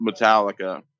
Metallica